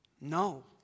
No